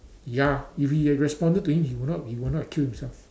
ya if we had responded to him he would not he would not kill himself